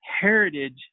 heritage